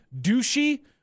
douchey